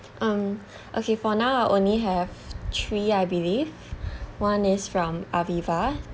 um okay for now I only have three I believe one is from aviva